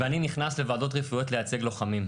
ואני נכנס לוועדות רפואיות לייצג לוחמים.